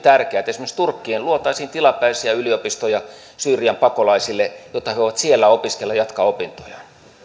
tärkeää että esimerkiksi turkkiin luotaisiin tilapäisiä yliopistoja syyrian pakolaisille jotta he voisivat siellä opiskella jatkaa opintojaan